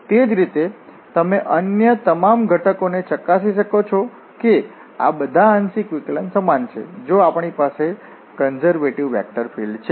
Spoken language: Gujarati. તે જ રીતે તમે અન્ય તમામ ઘટકોને ચકાસી શકો છો કે આ બધા આંશિક વિકલન સમાન છે જો આપણી પાસે કન્ઝર્વેટિવ વેક્ટર ફિલ્ડ છે